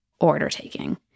order-taking